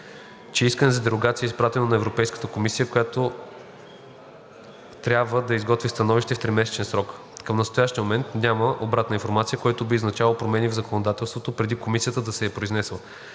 че искане за дерогация е изпратено на Европейската комисия, която трябва да изготви становище в тримесечен срок. Към настоящия момент няма обратна информация, което би означавало промени в законодателството, преди Комисията да се е произнесла.